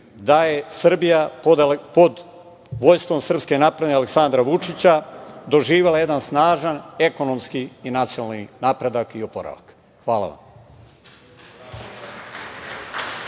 da je Srbija pod vođstvom SNS i Aleksandra Vučića doživela jedan snažan ekonomski i nacionalni napredak i oporavak. Hvala vam.